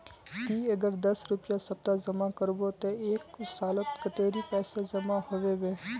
ती अगर दस रुपया सप्ताह जमा करबो ते एक सालोत कतेरी पैसा जमा होबे बे?